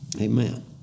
Amen